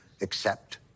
accept